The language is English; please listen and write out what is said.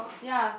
ya